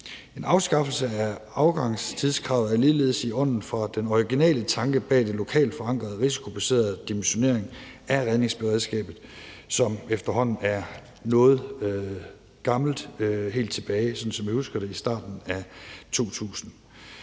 En afskaffelse af afgangstidskravet er ligeledes i ånden fra den originale tanke bag den lokalt forankrede, risikobaserede dimensionering af redningsberedskabet, som efterhånden er noget gammel, sådan som jeg husker det helt tilbage